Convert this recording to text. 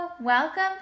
Welcome